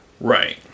right